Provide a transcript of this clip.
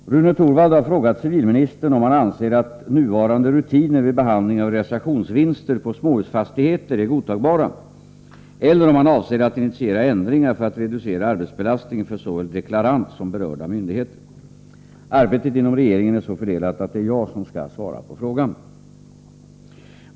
Herr talman! Rune Torwald har frågat civilministern om han anser att nuvarande rutiner vid behandling av realisationsvinster på småhusfastigheter är godtagbara eller om han avser att initiera ändringar för att reducera arbetsbelastningen för såväl deklarant som berörda myndigheter. Arbetet inom regeringen är så fördelat att det är jag som skall svara på frågan.